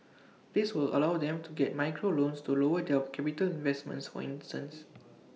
this will allow them to get micro loans to lower their capital investments for instance